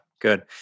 Good